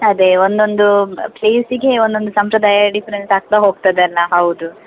ಅದೇ ಒಂದೊಂದು ಪ್ಲೇಸಿಗೆ ಒನ್ನೊಂದು ಸಂಪ್ರದಾಯ ಡಿಫ್ರೆಂಟ್ ಆಗ್ತಾ ಹೋಗ್ತದಲ್ವ ಹೌದು